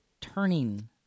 turning